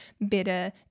better